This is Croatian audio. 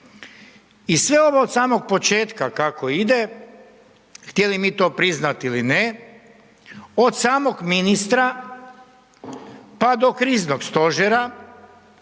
I sve ovo od samog početka kako ide, htjeli mi to priznati ili ne, od samog ministra pa do kriznog stožera